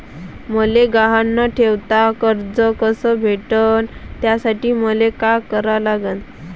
मले गहान न ठेवता कर्ज कस भेटन त्यासाठी मले का करा लागन?